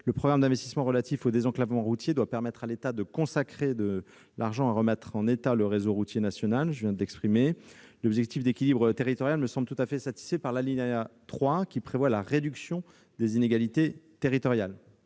Le programme d'investissement relatif au désenclavement routier doit permettre à l'État de consacrer de l'argent à la remise en état du réseau routier national. L'objectif d'équilibre territorial me semble tout à fait satisfait par l'alinéa 3, qui prévoit la réduction des inégalités territoriales.